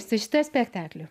su šituo spektakliu